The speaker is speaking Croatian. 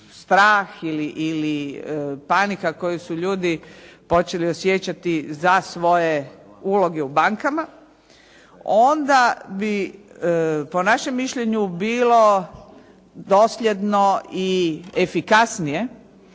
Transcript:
strah ili panika koju su ljudi počeli osjećati za svoje uloge u bankama, onda bi po našem mišljenju bilo dosljedno i efikasnije